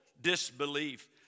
disbelief